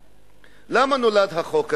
למה נולד החוק הזה?